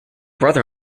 brother